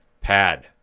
pad